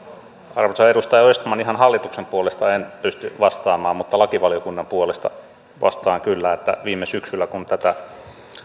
arvoisa edustaja östman ihan hallituksen puolesta en pysty vastaamaan mutta lakivaliokunnan puolesta vastaan kyllä että viime syksynä kun tätä